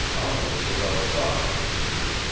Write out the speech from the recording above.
almost without thought, it seemed.